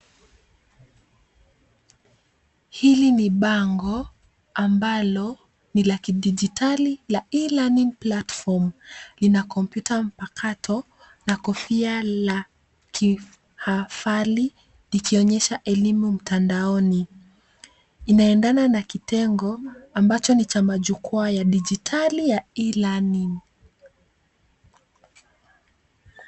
Hili ni bango ambalo ni la kidijitali la learning platform . Lina kompyuta mpakato na kofia la kihafali likionyesha elimu mtandaoni. Inaendana na kitengo ambacho ni cha majukwaa ya kidijitali ya e learning .